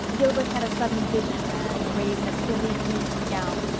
gilbert had a sudden vision of anne, arrayed in a frilly green gown,